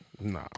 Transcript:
Nah